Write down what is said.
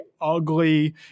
ugly